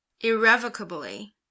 irrevocably